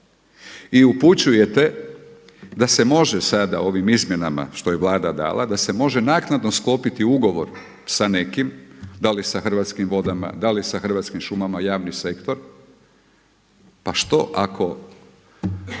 I upućujete da se može sada ovim izmjenama što je Vlada dala, da se može naknadno sklopiti ugovor sa nekim da li sa Hrvatskim vodama, da li sa Hrvatskim šumama, javni sektor, pa što ako